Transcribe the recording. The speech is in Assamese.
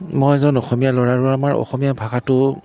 মই এজন অসমীয়া ল'ৰা আৰু আমাৰ অসমীয়া ভাষাটো